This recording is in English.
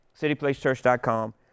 cityplacechurch.com